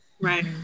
Right